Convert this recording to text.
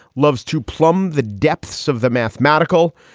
loves to plumb the depths of the mathematical,